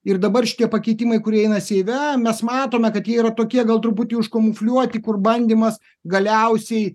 ir dabar šitie pakeitimai kurie eina seime mes matome kad jie yra tokie gal truputį užkamufliuoti kur bandymas galiausiai